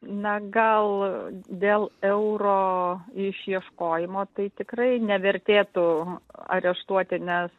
na gal dėl euro išieškojimo tai tikrai nevertėtų areštuoti nes